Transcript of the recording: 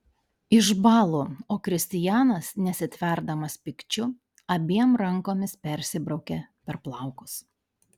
išbąlu o kristianas nesitverdamas pykčiu abiem rankomis persibraukia per plaukus